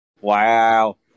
wow